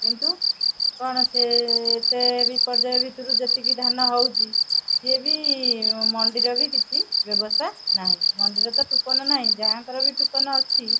କିନ୍ତୁ କ'ଣ ସିଏ ଏତେ ବି ବିପର୍ଯ୍ୟୟ ଭିତରୁ ଯେତିକି ଧାନ ହେଉଛି ସିଏ ବି ମଣ୍ଡିର ବି କିଛି ବ୍ୟବସ୍ଥା ନାହିଁ ମଣ୍ଡିର ତ ଟୋକନ୍ ନାହିଁ ଯାହାଙ୍କର ବି ଟୋକନ୍ ଅଛି